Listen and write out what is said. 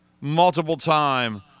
multiple-time